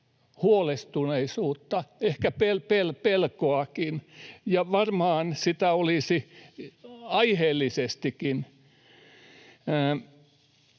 huolestuneisuutta, ehkä pelkoakin, ja varmaan sitä olisi aiheellisestikin.